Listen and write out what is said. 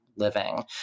living